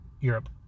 Europe